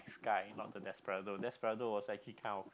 guy not the Desperado Desperado was actually kind of